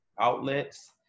outlets